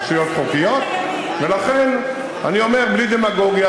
רשויות חוקיות, ולכן אני אומר, בלי דמגוגיה.